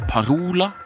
Parola